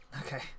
Okay